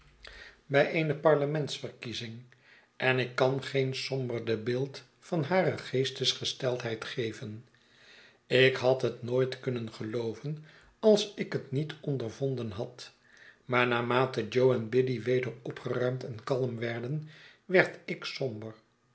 bij eene parlementsverkiezing en ik kan geen somberder beeld van hare geestgesteidheid geven ik had het nooit kunnen gelooven als ik het niet ondervonden had maar naarmate jo e biddy weder opgeruimd en kalm werden wera ik somber